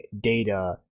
data